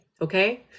Okay